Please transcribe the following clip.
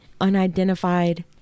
unidentified